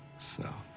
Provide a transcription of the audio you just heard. so,